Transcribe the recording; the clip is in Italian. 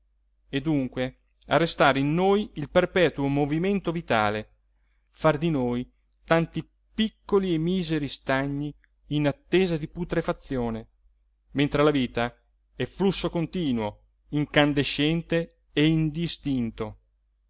e dunque arrestare in noi il perpetuo movimento vitale far di noi tanti piccoli e miseri stagni in attesa di putrefazione mentre la vita è flusso continuo incandescente e indistinto